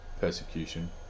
Persecution